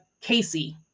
Casey